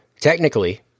Technically